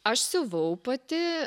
aš siuvau pati